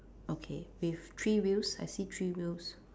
okay with three wheels I see three wheels